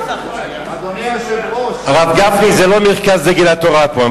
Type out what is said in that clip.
הרב גפני, זה לא מרכז דגל התורה פה.